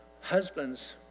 Husbands